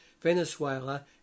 Venezuela